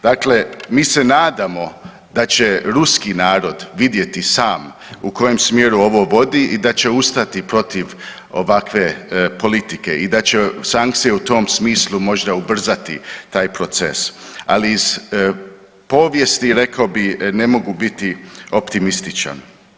Dakle mi se nadamo da će ruski narod vidjeti sam u kojem smjeru ovo vodi i da će ustati protiv ovakve politike i da će sankcije u tom smislu možda ubrzati taj proces, ali iz povijesti, rekao bih, ne mogu biti optimističan.